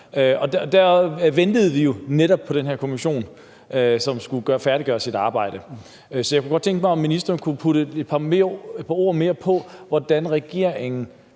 Der ventede vi jo netop på den her kommission, som skulle færdiggøre sit arbejde. Så jeg kunne godt tænke mig, om ministeren kunne putte et par ord mere på, hvordan regeringen